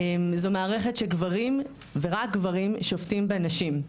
זו מערכת של גברים ורק גברים שופטים בה נשים.